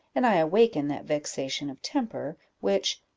and i awaken that vexation of temper, which,